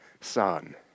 son